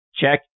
check